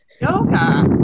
yoga